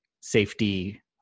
safety